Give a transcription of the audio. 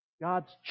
God's